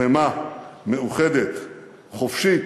שלמה, מאוחדת, חופשית,